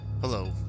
Hello